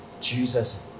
Jesus